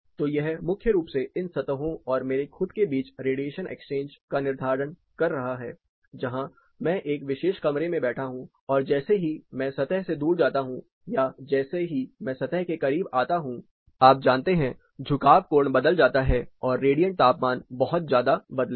तो यह मुख्य रूप से इन सतहों और मेरे खुद के बीच रेडिएशन एक्सचेंज का निर्धारण कर रहा है जहां मैं एक विशेष कमरे में बैठा हूं और जैसे ही मैं सतह से दूर जाता हूं या जैसे ही मैं सतह के करीब आता हूं आप जानते हैं झुकाव कोण बदल जाता है और रेडिएंट तापमान बहुत ज्यादा बदलेगा